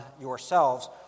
yourselves